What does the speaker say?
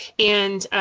and